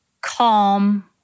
calm